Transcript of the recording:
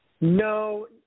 No